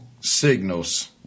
signals